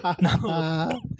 No